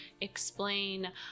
explain